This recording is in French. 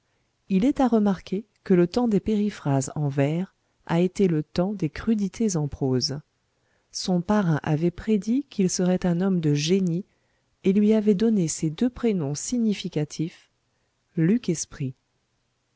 il est à remarquer que le temps des périphrases en vers a été le temps des crudités en prose son parrain avait prédit qu'il serait un homme de génie et lui avait donné ces deux prénoms significatifs